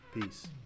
Peace